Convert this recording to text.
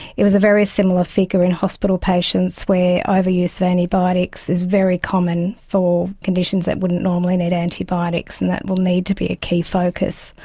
it was a very similar figure in hospital patients where ah overuse of antibiotics is very common for conditions that wouldn't normally need antibiotics, and that will need to be a key focus.